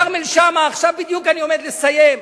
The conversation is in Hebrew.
כרמל שאמה, עכשיו בדיוק אני עומד לסיים.